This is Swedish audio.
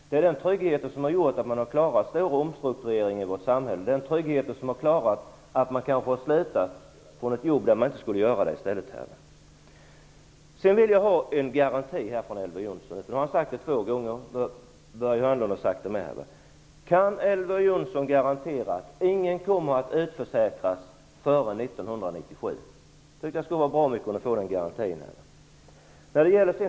Det är den tryggheten som har gjort att man har klarat större omstruktureringar i vårt samhälle. Det är den tryggheten som har gjort att man har klarat av att sluta en anställning. Jag vill ha en garanti från Elver Jonsson. Börje Hörnlund och Elver Jonsson har sagt denna sak två gånger. Kan Elver Jonsson garantera att ingen kommer att utförsäkras före 1997? Jag tycker att det skulle vara bra att få den garantin.